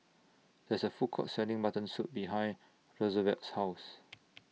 There IS A Food Court Selling Mutton Soup behind Roosevelt's House